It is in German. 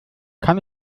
kann